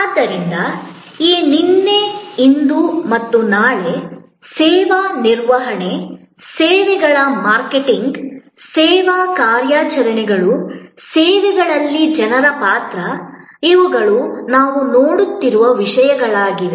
ಆದ್ದರಿಂದ ಈ ನಿನ್ನೆ ಇಂದು ಮತ್ತು ನಾಳೆ ಸೇವಾ ನಿರ್ವಹಣೆ ಸೇವೆಗಳ ಮಾರ್ಕೆಟಿಂಗ್ ಸೇವಾ ಕಾರ್ಯಾಚರಣೆಗಳು ಸೇವೆಗಳಲ್ಲಿ ಜನರ ಪಾತ್ರ ಇವುಗಳು ನಾವು ನೋಡುತ್ತಿರುವ ವಿಷಯಗಳಾಗಿವೆ